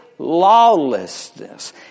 lawlessness